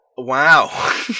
wow